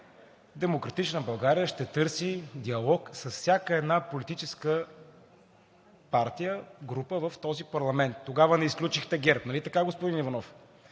„Демократична България“ ще търси диалог всяка една политическа партия в този парламент. Тогава не изключихте ГЕРБ, нали така, господин Иванов?